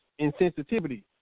insensitivity